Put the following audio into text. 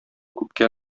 күпкә